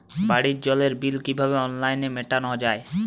বাড়ির জলের বিল কিভাবে অনলাইনে মেটানো যায়?